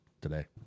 today